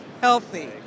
healthy